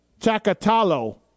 Takatalo